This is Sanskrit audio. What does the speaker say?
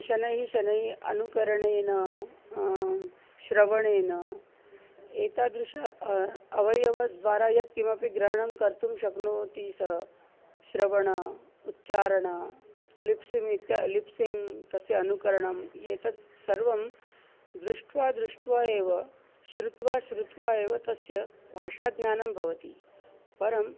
शनैः शनैः अनुकरणेन श्रवणेन एतादृशः अवयवद्वारा यत् किमपि ग्रहणं कर्तुं शक्नोति सः श्रवणम् उच्चारणं लिप्सिङ्ग् इति लिप्सिङ्ग् तस्य अनुकरणम् एतत् सर्वं दृष्ट्वा दृष्ट्वा एव श्रुत्वा श्रुत्वा एव तस्य भाषाज्ञानं भवति परम्